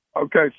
Okay